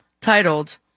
titled